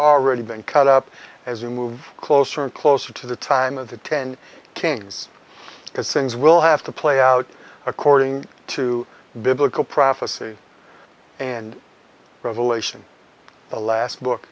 ady been cut up as you move closer and closer to the time of the ten kings because things will have to play out according to biblical prophecy and revelation the last book